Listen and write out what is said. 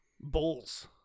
Bulls